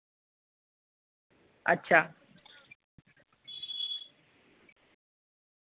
अच्छा